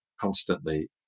constantly